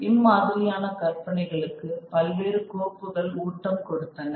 இம்மாதிரியான கற்பனைகளுக்கு பல்வேறு கோப்புகள் ஊட்டம் கொடுத்தன